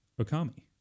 Okami